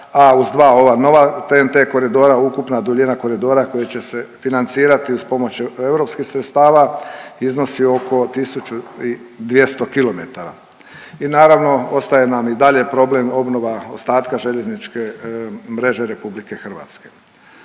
a uz dva ona nova TNT koridora ukupna duljina koridora koji će financirati uz pomoć EU sredstava, iznosi oko 1200 km. I naravno, ostaje nam i dalje problem obnova ostatka željezničke mreže RH.